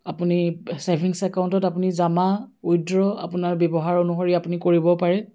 আপুনি ছেভিংছ একাউণ্টত আপুনি জমা উইথড্ৰ' আপোনাৰ ব্যৱহাৰ অনুসৰি আপুনি কৰিব পাৰে